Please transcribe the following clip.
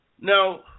now